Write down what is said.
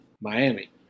Miami